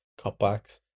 cutbacks